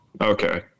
okay